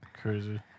crazy